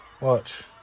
Watch